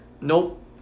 Nope